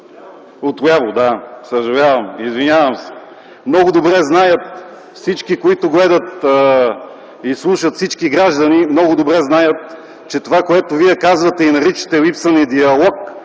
Отляво, да. Съжалявам, извинявам се. Много добре знаят всички, които гледат и слушат, всички граждани много добре знаят, че това, което вие казвате и наричате „липса на диалог”